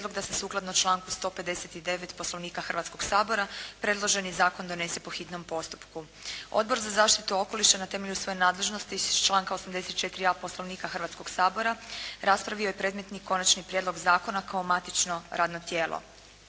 da se sukladno članku 159. Poslovnika Hrvatskog sabora predloženi zakon donese po hitnom postupku. Odbor za zaštitu okoliša na temelju svoje nadležnosti iz članka 84. a Poslovnika Hrvatskog sabora, raspravio je predmetni konačni prijedlog zakona kao matično radno tijelo.